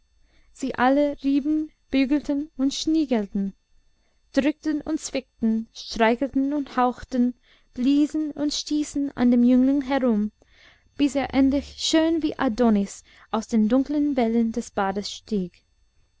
sie alle rieben bügelten und schniegelten drückten und zwickten streichelten und hauchten bliesen und stießen an dem jüngling herum bis er endlich schön wie adonis aus den dunklen wellen des bades stieg